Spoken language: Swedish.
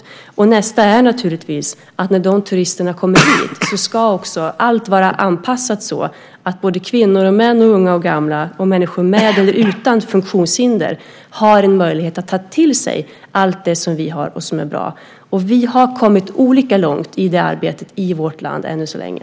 Nästa steg är naturligtvis att när de turisterna kommer hit ska också allt vara anpassat så att kvinnor och män, och unga och gamla, och människor med eller utan funktionshinder har en möjlighet att ta till sig allt det som vi har och som är bra. Vi har kommit olika långt i det arbetet i vårt land ännu så länge.